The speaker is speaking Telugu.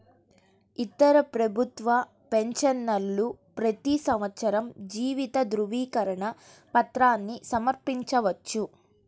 ఇతర ప్రభుత్వ పెన్షనర్లు ప్రతి సంవత్సరం జీవిత ధృవీకరణ పత్రాన్ని సమర్పించవచ్చు